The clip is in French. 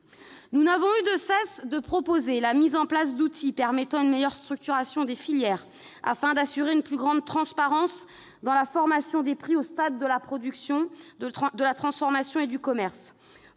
Nous n'avons eu de cesse de proposer la mise en place d'outils permettant une meilleure structuration des filières, afin d'assurer une plus grande transparence dans la formation des prix au stade de la production, de la transformation et du commerce.